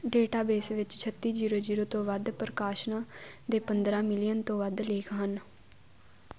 database ਵਿੱਚ ਛੱਤੀ zero zero ਤੋਂ ਵੱਧ ਪ੍ਰਕਾਸ਼ਨਾਂ ਦੇ ਪੰਦਰ੍ਹਾਂ ਮਿਲੀਅਨ ਤੋਂ ਵੱਧ ਲੇਖ ਹਨ